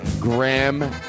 Graham